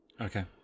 Okay